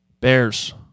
Bears